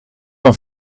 een